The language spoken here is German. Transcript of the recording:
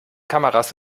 kameras